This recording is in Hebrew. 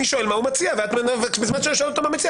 אני שואל מה הוא מציע ובזמן שאני שואל אותו מה הוא מציע,